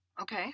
Okay